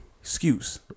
Excuse